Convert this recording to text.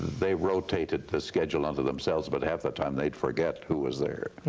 they rotated the schedule unto themselves, but half the time they'd forget who was there.